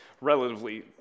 relatively